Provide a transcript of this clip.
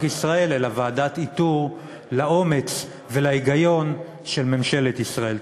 ישראל אלא ועדת איתור לאומץ ולהיגיון של ממשלת ישראל.